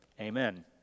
Amen